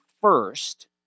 first